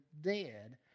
dead